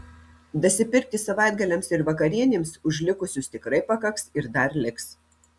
dasipirkti savaitgaliams ir vakarienėms už likusius tikrai pakaks ir dar liks